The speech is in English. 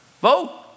Vote